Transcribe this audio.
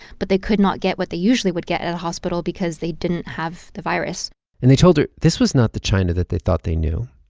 but they could not get what they usually would get at a hospital because they didn't have the virus and they told her this was not the china that they thought they knew.